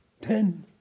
Ten